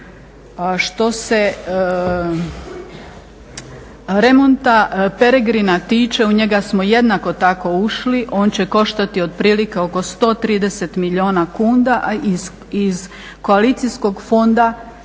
Što se remonta Peregrina tiče u njega smo jednako tako ušli, on će koštati otprilike oko 130 milijuna kuna a iz koalicijskog fonda,